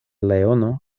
leono